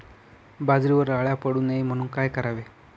बाजरीवर अळ्या पडू नये म्हणून काय करावे?